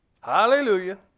Hallelujah